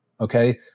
Okay